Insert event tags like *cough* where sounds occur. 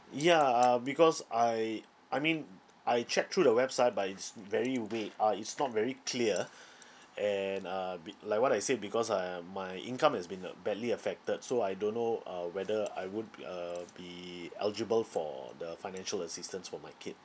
ya uh because I I mean I checked through the website but it's very vague uh it's not very clear *breath* and uh be~ like what I said because um my income is been uh badly affected so I don't know uh whether I would be uh be eligible for the financial assistance for my kid